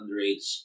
underage